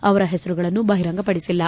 ಅವರ ಹೆಸರುಗಳನ್ನು ಬಹಿರಂಗಪಡಿಸಿರಲಿಲ್ಲ